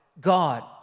God